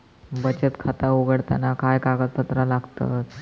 बचत खाता उघडताना काय कागदपत्रा लागतत?